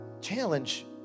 challenge